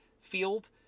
field